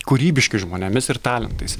kūrybiškais žmonėmis ir talentais